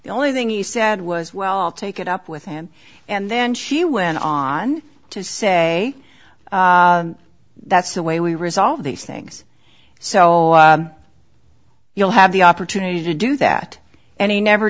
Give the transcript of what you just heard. the only thing he said was well take it up with him and then she went on to say that's the way we resolve these things so you'll have the opportunity to do that and he never